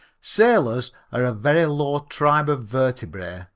sailors are a very low tribe of vertebrate.